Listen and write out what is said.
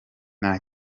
nta